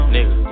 Nigga